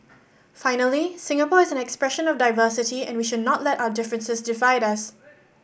finally Singapore is an expression of diversity and we should not let our differences divide us